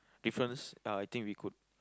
difference uh I think we could